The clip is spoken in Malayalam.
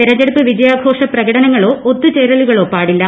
തിരഞ്ഞെടുപ്പ് വിജയാഘോഷ പ്രകടനങ്ങളോ ഒത്തുചേരലുകളോ പാടില്ല